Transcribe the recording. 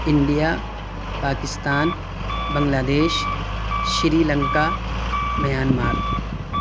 India Pakistan Bangladesh Sri Lanka Myanmar